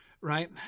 Right